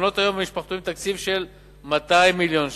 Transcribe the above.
מעונות-היום והמשפחתונים תקציב של 200 מיליון שקלים.